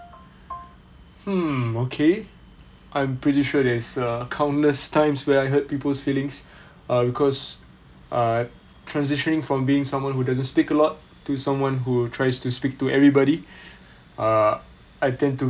mm okay I'm pretty sure there's uh countless times where I hurt people's feelings uh because uh transitioning from being someone who doesn't speak a lot to someone who tries to speak to everybody uh I tend to